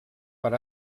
per